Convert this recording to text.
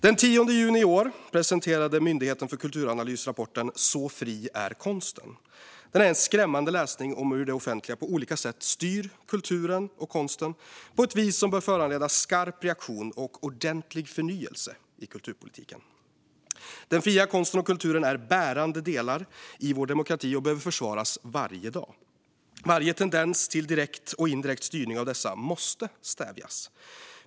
Den 10 juni i år presenterade Myndigheten för kulturanalys rapporten Så fri är konsten . Den är en skrämmande läsning om hur det offentliga på olika sätt styr kulturen och konsten på ett sätt som bör föranleda skarp reaktion och ordentlig förnyelse i kulturpolitiken. Den fria konsten och kulturen är bärande delar i vår demokrati och behöver försvaras varje dag. Varje tendens till direkt och indirekt styrning av dessa måste stävjas.